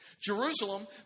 Jerusalem